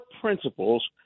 principles